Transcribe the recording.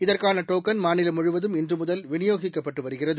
இதற்கான டோக்கன் மாநிலம் முழுவதும் இன்று முதல் விளியோகிக்கப்பட்டு வருகிறது